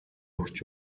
өгч